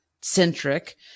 centric